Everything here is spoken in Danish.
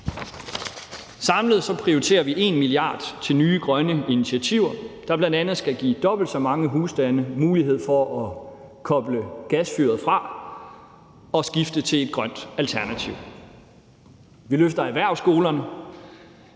Samlet prioriterer vi 1 mia. kr. til nye grønne initiativer, der bl.a. skal give dobbelt så mange husstande mulighed for at koble gasfyret fra og skifte til et grønt alternativ. Vi løfter erhvervsskolerne.